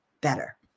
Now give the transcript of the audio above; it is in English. better